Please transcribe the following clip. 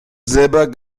silber